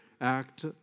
act